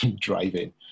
driving